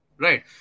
right